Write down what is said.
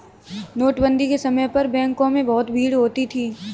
नोटबंदी के समय पर बैंकों में बहुत भीड़ होती थी